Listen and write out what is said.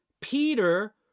Peter